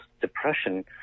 depression